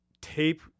tape